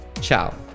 Ciao